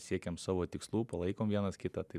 siekiam savo tikslų palaikom vienas kitą tai